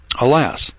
Alas